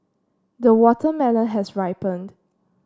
the watermelon has ripened